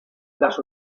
las